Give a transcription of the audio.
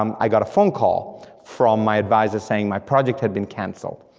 um i got a phone call from my advisor saying my project had been canceled,